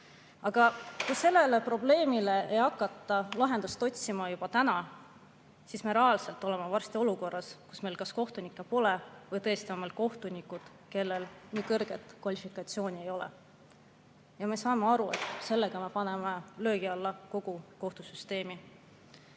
Aga kui sellele probleemile ei hakata juba täna lahendust otsima, siis me reaalselt oleme varsti olukorras, kus meil kas pole kohtunikke või on meil kohtunikud, kellel nii kõrget kvalifikatsiooni ei ole. Me saame aru, et sellega me paneme löögi alla kogu kohtusüsteemi.